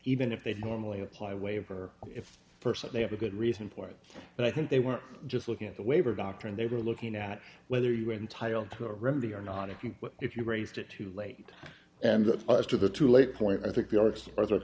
even if they'd normally apply waiver if they have a good reason for it and i think they were just looking at the waiver doctrine they were looking at whether you are entitled to a remedy or not if you if you raised it too late and got us to the too late point i think the arts or the